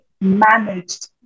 managed